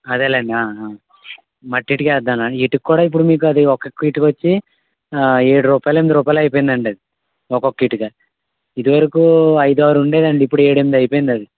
అదేలేండి మట్టి ఇటుక వేద్దాం ఇటుక కూడా ఇప్పుడు ఒక్కో ఇటుక వచ్చి ఏడు రూపాయలు ఎనిమిది రూపాయలు అయిపోయిందండి అది ఒకొక్క ఇటుక ఇదివరకు ఐదారు ఉండేదండి ఇప్పుడు ఏడెనిమిది అయిపోయిందది